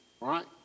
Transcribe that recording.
right